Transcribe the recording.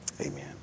amen